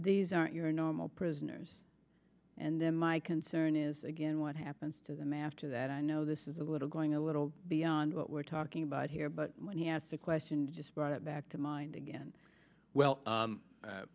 these aren't your normal prisoners and then my concern is again what happens to them after that i know this is a little going a little beyond what we're talking about here but when he asked the question just brought it back to mind again well